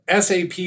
SAP